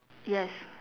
yes